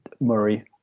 Murray